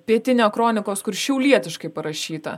pietinio kronikos kur šiaulietiškai parašyta